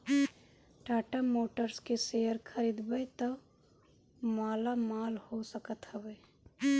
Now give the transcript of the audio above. टाटा मोटर्स के शेयर खरीदबअ त मालामाल हो सकत हवअ